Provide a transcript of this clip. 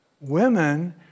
Women